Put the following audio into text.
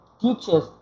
teachers